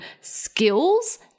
skills